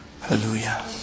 Hallelujah